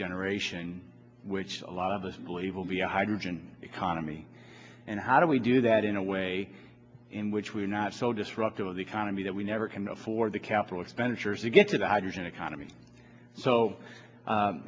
generation which a lot of us believe will be a hydrogen economy and how do we do that in a way in which we are not so disruptive of the economy that we never can know for the capital expenditures to get to the hydrogen economy so